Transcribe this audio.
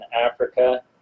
Africa